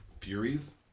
furies